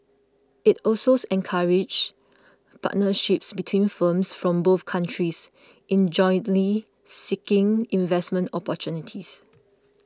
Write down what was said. it also encourages partnerships between firms from both countries in jointly seeking investment opportunities